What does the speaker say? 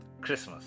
Christmas